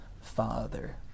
father